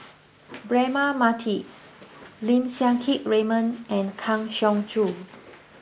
Braema Mathi Lim Siang Keat Raymond and Kang Siong Joo